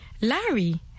Larry